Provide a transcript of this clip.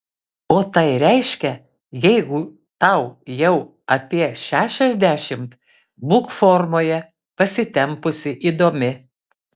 o tai reiškia jeigu tau jau apie šešiasdešimt būk formoje pasitempusi įdomi